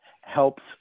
helps